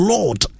Lord